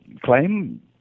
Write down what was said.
claim